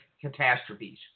catastrophes